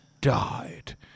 died